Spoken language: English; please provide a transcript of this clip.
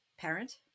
parent